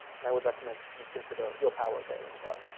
and i would recommend you consider your power there as well.